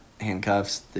handcuffs